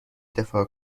دفاع